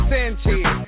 Sanchez